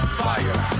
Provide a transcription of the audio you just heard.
fire